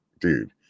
dude